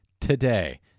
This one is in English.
today